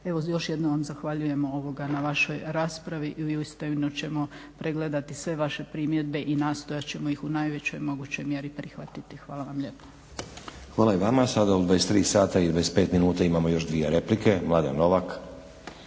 Evo još jednom vam zahvaljujem na vašoj raspravi i uistinu ćemo pregledati sve vaše primjedbe i nastojat ćemo ih u najvećoj mogućoj mjeri prihvatiti. Hvala vam lijepa. **Stazić, Nenad (SDP)** Hvala i vama. Sada u 23 sata i 25 minuta imamo još dvije replike. Mladen Novak.